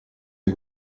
dal